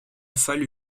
fallu